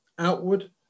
Outward